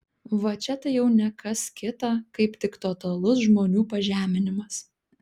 vat čia tai jau ne kas kita kaip tik totalus žmonių pažeminimas